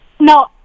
No